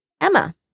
Emma